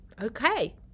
Okay